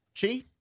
Chi